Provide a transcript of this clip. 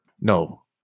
No